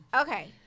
Okay